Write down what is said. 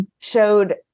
showed